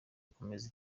gukomeza